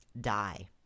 die